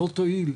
לא תועיל,